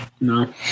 No